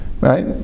Right